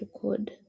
code